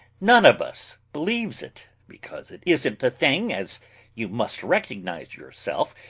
none of us believes it, because it isn't a thing, as you must recognize yourself,